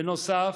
בנוסף,